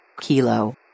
Kilo